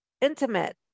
intimate